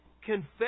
Confess